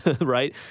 right